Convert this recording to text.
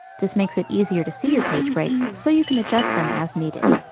this makes it easier to see your page breaks so you can adjust them as needed.